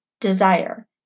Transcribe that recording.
desire